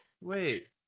Wait